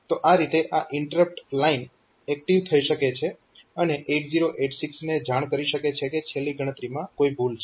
તો આ રીતે આ ઇન્ટરપ્ટ લાઈન એક્ટીવ થઈ શકે છે અને 8086 ને જાણ કરી શકે કે છેલ્લી ગણતરીમાં કોઈ ભૂલ છે